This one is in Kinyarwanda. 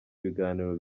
ibiganiro